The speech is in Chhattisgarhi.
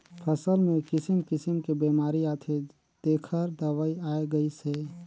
फसल मे किसिम किसिम के बेमारी आथे तेखर दवई आये गईस हे